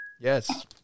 Yes